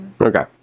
Okay